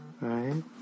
Right